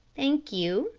thank you,